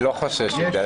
אני לא חושש לדלג.